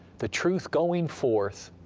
the truth going forth.